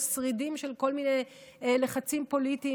או שרידים של כל מיני לחצים פוליטיים,